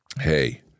hey